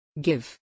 Give